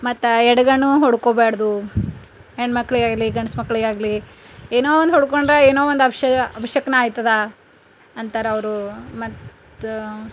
ಮತ್ತು ಎಡಗಣ್ಣು ಹೊಡ್ಕೊಳ್ಬಾರ್ದು ಹೆಣ್ಮಕ್ಕಳಿಗಾಗ್ಲಿ ಗಂಡ್ಮಕ್ಕಳಿಗಾಗ್ಲಿ ಏನೋ ಒಂದು ಹೊಡ್ಕೊಂಡ್ರೆ ಏನೋ ಒಂದು ಅಪ್ಶಯ ಅಪಶಕುನ ಆಯ್ತದ ಅಂತಾರವರು ಮತ್ತು